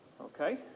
Okay